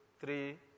three